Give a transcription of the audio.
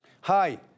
Hi